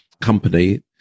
company